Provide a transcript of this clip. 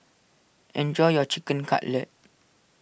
enjoy your Chicken Cutlet